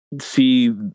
see